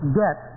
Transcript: get